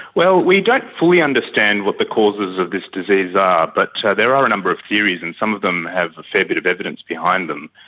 well, we don't fully understand what the causes of this disease are, but there are number of theories, and some of them have a fair bit of evidence behind them.